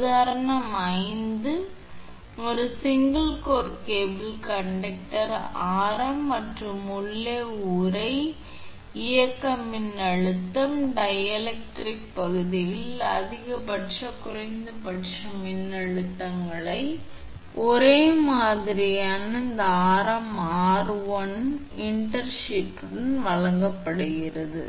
உதாரணம் 5 ஒரு single core cable conductor ஆரம் மற்றும் உள்ளே உறை ஆரம் இயக்க இயக்க மின்னழுத்தம் V அது டைஎலெக்ட்ரிக் இரண்டு பகுதிகளிலும் அதிகபட்ச மற்றும் குறைந்தபட்ச மின் அழுத்தங்கள் ஒரே மாதிரியான அந்த ஆரம் 𝑟1 இல் ஒரு இன்டர்ஷீத் வழங்கப்படுகிறது